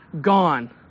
gone